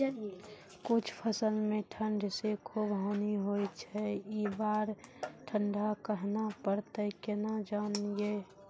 कुछ फसल मे ठंड से खूब हानि होय छैय ई बार ठंडा कहना परतै केना जानये?